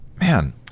Man